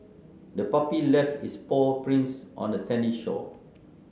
the puppy left its paw prints on the sandy shore